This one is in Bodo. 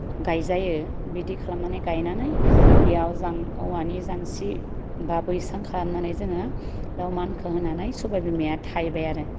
गायजायो बिदि खालामनानै गायनानै बेयाव जों औवानि जांसि बा बैसां खालामनानै जोङो बेयाव मानखो होनानै सबाय बिमाया थायबाय आरो